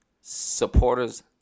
supporters